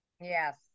Yes